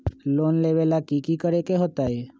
Loan लेबे ला की कि करे के होतई?